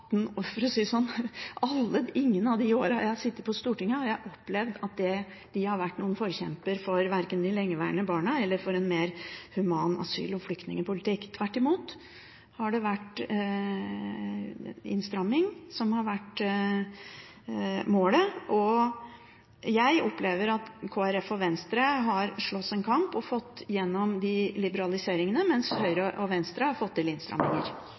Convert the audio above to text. jeg har sittet på Stortinget, har jeg opplevd at de har vært noen forkjempere verken for de lengeværende barna eller for en mer human asyl- og flyktningpolitikk. Tvert imot, det har vært innstramming som har vært målet, og jeg opplever at Kristelig Folkeparti og Venstre har slåss en kamp og fått gjennom de liberaliseringene, mens Høyre og Fremskrittspartiet har fått til innstramminger.